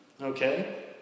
Okay